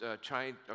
China